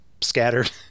Scattered